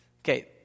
Okay